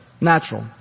natural